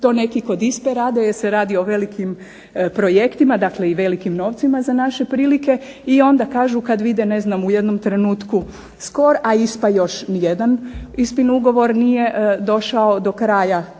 to neki kod ISPA-e rade jer se radi o velikim projektima, dakle i velikim novcima za naše prilike i onda kažu kad vide ne znam u jednom trenutku .../Govornica se ne razumije./... a ISPA još ni jedan ISPA-in ugovor nije došao do kraja tog